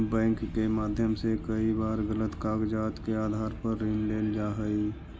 bank के माध्यम से कई बार गलत कागजात के आधार पर ऋण लेल जा हइ